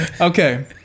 Okay